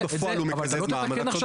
אם בפועל הוא מקזז מע"מ, אז אתה צודק.